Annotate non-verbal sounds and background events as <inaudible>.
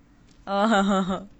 <laughs>